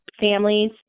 Families